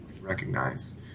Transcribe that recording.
recognize